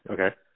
Okay